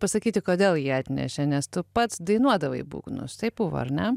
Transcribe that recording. pasakyti kodėl ji atnešė nes tu pats dainuodavai būgnus taip buvo ar ne